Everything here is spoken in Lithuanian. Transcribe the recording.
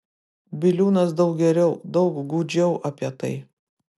biliūnas daug geriau daug gūdžiau apie tai